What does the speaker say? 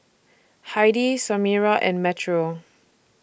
Heidy Samira and Metro